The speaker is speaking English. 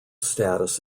status